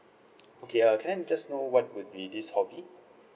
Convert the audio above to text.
okay uh can I just know what would be this hobby